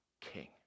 king